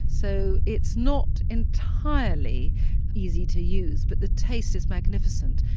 so it's not entirely easy to use, but the taste is magnificent.